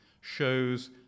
shows